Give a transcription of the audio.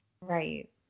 Right